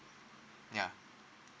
ya